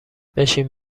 بشین